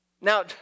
Now